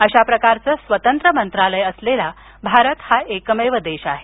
अशा प्रकारचं स्वतंत्र मंत्रालय असलेला भारत हा एकमेव देश आहे